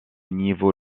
niveau